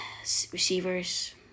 receivers